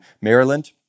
Maryland